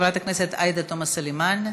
עאידה תומא סלימאן,